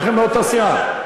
שניכם באותה סיעה.